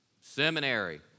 Seminary